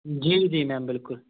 ਜੀ ਜੀ ਮੈਮ ਬਿਲਕੁਲ